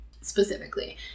specifically